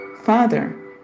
Father